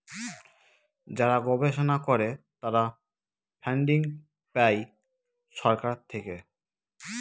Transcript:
যারা গবেষণা করে তারা ফান্ডিং পাই সরকার থেকে